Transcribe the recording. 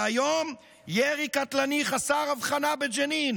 והיום, ירי קטלני חסר הבחנה בג'נין,